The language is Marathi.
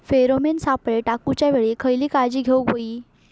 फेरोमेन सापळे टाकूच्या वेळी खयली काळजी घेवूक व्हयी?